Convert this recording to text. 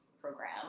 program